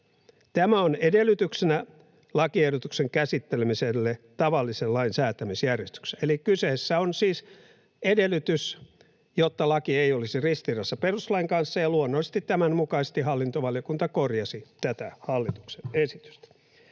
Tämä on edellytyksenä lakiehdotuksen käsittelemiselle tavallisen lain säätämisjärjestyksessä.” Eli kyseessä on siis edellytys, jotta laki ei olisi ristiriidassa perustuslain kanssa, ja luonnollisesti tämän mukaisesti hallintovaliokunta korjasi tätä hallituksen esitystä.